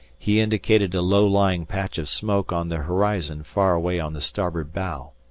he indicated a low-lying patch of smoke on the horizon far away on the starboard bow.